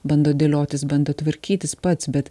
bando dėliotis bando tvarkytis pats bet